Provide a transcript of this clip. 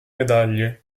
medaglie